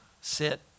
sit